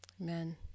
Amen